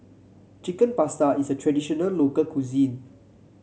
Chicken Pasta is a traditional local cuisine